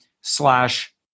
slash